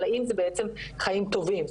אבל האם זה בעצם חיים טובים,